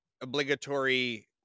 obligatory